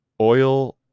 oil